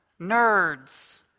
Nerds